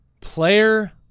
Player